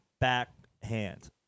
backhand